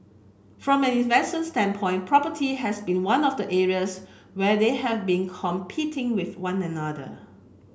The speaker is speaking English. from an standpoint property has been one of the areas where they have been competing with one another